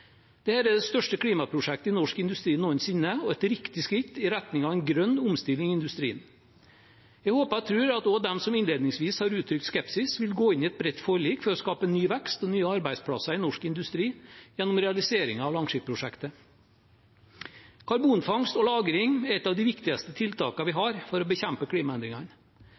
er det største klimaprosjektet i norsk industri noensinne og et riktig skritt i retning av en grønn omstilling av industrien. Jeg håper og tror at også de som innledningsvis har uttrykt skepsis, vil gå inn i et bredt forlik for å skape ny vekst og nye arbeidsplasser i norsk industri gjennom realisering av Langskip-prosjektet. Karbonfangst og -lagring er et de viktigste tiltakene vi har for å bekjempe klimaendringene.